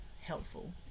helpful